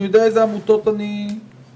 אני יודע איזה עמותות אני רוצה,